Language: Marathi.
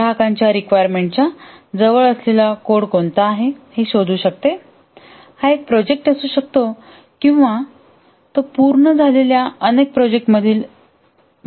ग्राहकांच्या रिक्वायरमेंटच्या जवळ असलेला कोड कोणता आहे हे शोधू शकते हा एक प्रोजेक्ट असू शकतो किंवा तो पूर्ण झालेल्या अनेक प्रोजेक्ट मधील असू शकतो